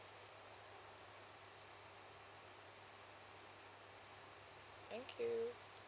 thank you